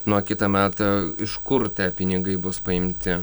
nuo kitamet iš kur tie pinigai bus paimti